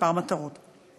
כמה מטרות: